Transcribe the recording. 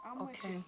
Okay